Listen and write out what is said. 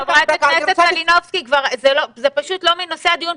זה פשוט לא מנושא הדיון.